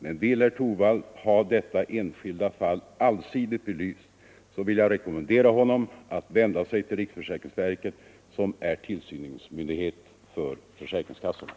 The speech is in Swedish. Vill herr Torwald ha detta enskilda fall allsidigt belyst, rekommenderar jag honom att vända sig till riksförsäkringsverket, som är tillsynsmyndighet för försäkringskassorna.